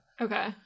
Okay